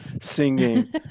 singing